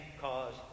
cause